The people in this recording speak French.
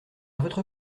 votre